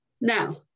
Now